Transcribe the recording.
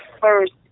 first